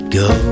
go